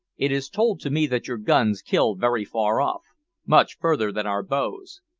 it is told to me that your guns kill very far off much further than our bows.